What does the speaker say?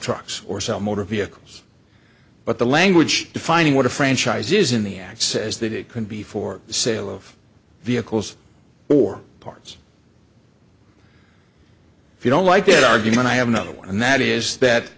trucks or sell motor vehicles but the language defining what a franchise is in the end says that it can be for sale of vehicles or parts if you don't like it argument i have another one and that is that